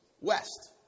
west